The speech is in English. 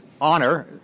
honor